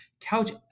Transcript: couch